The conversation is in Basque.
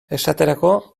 esaterako